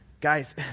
guys